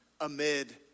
amid